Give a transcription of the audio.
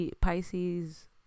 Pisces